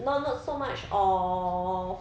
not much so much of